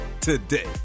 today